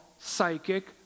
psychic